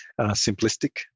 simplistic